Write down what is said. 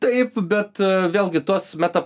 taip bet vėlgi tuos meta